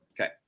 Okay